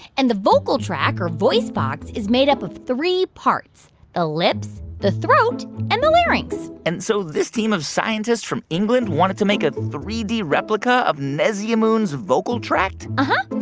and the vocal track, or voice box, is made up of three parts the lips, the throat and the larynx and so this team of scientists from england wanted to make a three d replica of nesyamun's vocal tract? uh-huh.